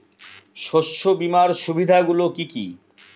শস্য বিমার সুবিধাগুলি কি কি?